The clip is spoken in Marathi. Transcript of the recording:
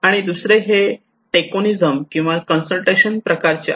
आणि दुसरे हे टोकेनिजम किंवा कन्सल्टेशन प्रकारचे आहे